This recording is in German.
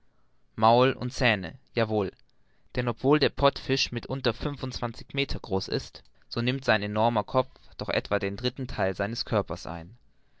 maul und zähne ja wohl denn obwohl der pottfisch mitunter fünfundzwanzig meter groß ist so nimmt sein enormer kopf doch etwa den dritten theil seines körpers ein